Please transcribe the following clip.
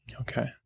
Okay